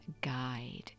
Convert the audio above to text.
guide